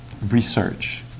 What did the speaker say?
research